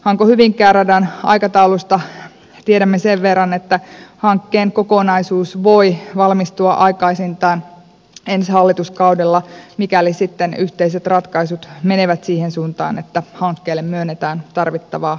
hankohyvinkää radan aikataulusta tiedämme sen verran että hankkeen kokonaisuus voi valmistua aikaisintaan ensi hallituskaudella mikäli sitten yhteiset ratkaisut menevät siihen suuntaan että hankkeelle myönnetään tarvittavaa lisärahoitusta